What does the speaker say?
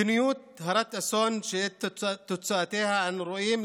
מדיניות הרת אסון שאת תוצאותיה אנו רואים,